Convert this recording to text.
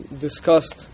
discussed